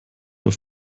auf